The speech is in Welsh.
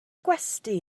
gwesty